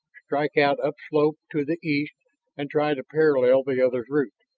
strike out upslope to the east and try to parallel the other's route.